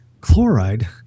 Chloride